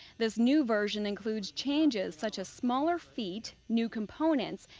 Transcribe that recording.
this new version includes changes such as smaller feet, new components,